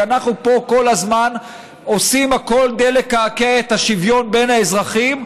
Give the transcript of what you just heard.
כי אנחנו פה כל הזמן עושים הכול כדי לקעקע את השוויון בין האזרחים,